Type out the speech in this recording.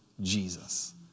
Jesus